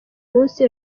munsi